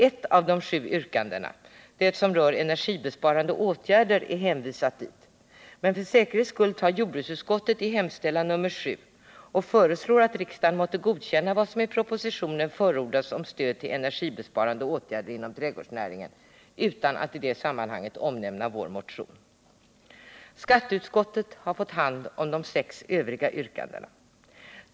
Ett av de sju yrkandena, det som rör energibesparande åtgärder, är hänvisat dit, men för säkerhets skull tar jordbruksutskottet i sin hemställan under 7 och föreslår att riksdagen måtte godkänna vad som i propositionen förordats om stöd till energibesparande åtgärder inom trädgårdsnäringen — utan att i det sammanhanget omnämna vår motion. Skatteutskottet har fått hand om de sex övriga yrkandena.